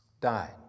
died